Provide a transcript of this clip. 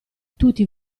tutti